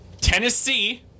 Tennessee